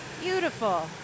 Beautiful